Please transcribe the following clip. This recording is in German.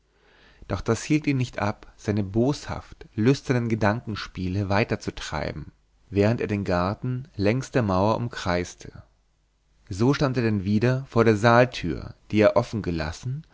doch das hielt ihn nicht ab seine boshaft lüsternen gedankenspiele weiterzutreiben während er den garten längs der mauer umkreiste so stand er denn wieder vor der saaltür die er offen gelassen